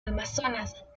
amazonas